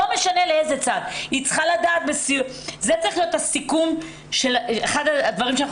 זה צריך להיות שאחד הדברים שיהיו